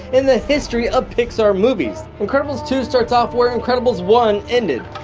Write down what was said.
in the history of pixar movies. incredibles two starts off where incredibles one ended,